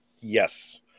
Yes